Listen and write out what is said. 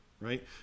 right